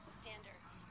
standards